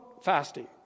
fasting